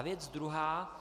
Věc druhá.